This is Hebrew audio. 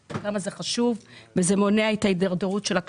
הוועדה הזו קבעה שכל שנה התקציב למימוש התוכנית יגדל ב-50 מיליון